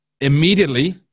immediately